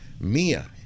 Mia